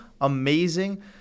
amazing